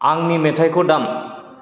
आंनि मेथायखौ दाम